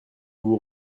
vous